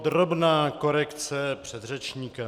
Drobná korekce předřečníka.